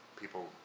people